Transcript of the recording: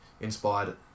inspired